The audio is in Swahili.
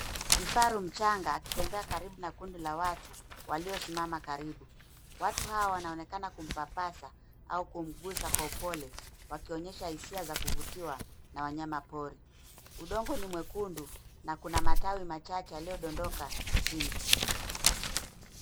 Kifaru mchanga akitembea karibu na kundi la watu waliokaribu. Watu hawa wanaonekana kumpapasa au kumgusa kwa upole wakionyesha hisia za kuvutiwa na wanyamapori. Udongo ni mwekundu na kuna matawi machache yaliyodondoka chini.